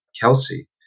Kelsey